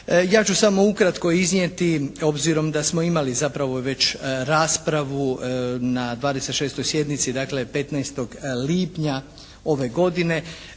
Ja ću samo ukratko iznijeti obzirom da smo imali zapravo već raspravu na 26. sjednici dakle 15. lipnja ove godine.